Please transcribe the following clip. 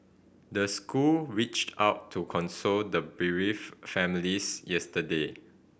the school reached out to console the bereaved families yesterday